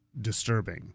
disturbing